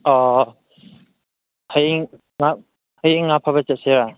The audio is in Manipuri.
ꯑꯥ ꯍꯌꯦꯡ ꯉꯥ ꯍꯌꯦꯡ ꯉꯥ ꯐꯥꯕ ꯆꯠꯁꯤꯔꯥ